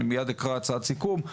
אני מייד אקרא הצעת סיכום,